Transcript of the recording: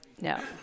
No